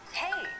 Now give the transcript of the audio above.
hey